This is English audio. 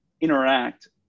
interact